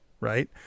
right